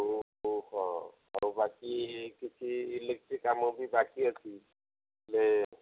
ହଁ ଆଉ ବାକି କିଛି ଇଲେକ୍ଟ୍ରିକ୍ କାମ ବି ବାକି ଅଛି ହେଲେ